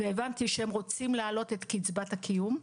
הבנתי שהם רוצים להעלות את קצבת הקיום.